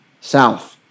South